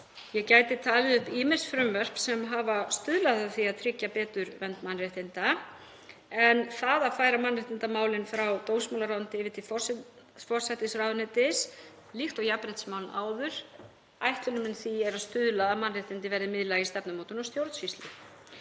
Ég gæti talið upp ýmis frumvörp sem hafa stuðlað að því að tryggja betur vernd mannréttinda en það að færa mannréttindamálin frá dómsmálaráðuneyti yfir til forsætisráðuneytis, líkt og jafnréttismál áður, er ætlað að stuðla að því að mannréttindi verði miðlæg í stefnumótun og stjórnsýslu.